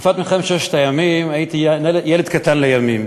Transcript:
בתקופת מלחמת ששת הימים הייתי ילד קטן לימים,